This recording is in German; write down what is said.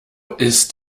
ist